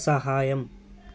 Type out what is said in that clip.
సహాయం